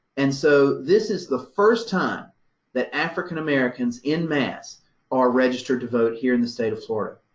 and so, this is the first time that african-americans en masse are registered to vote here in the state of florida.